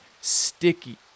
sticky